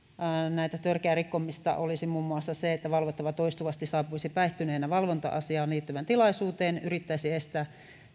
tätä törkeää rikkomista olisi muun muassa se että valvottava toistuvasti saapuisi päihtyneenä valvonta asiaan liittyvään tilaisuuteen yrittäisi estää